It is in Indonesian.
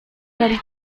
dari